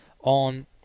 on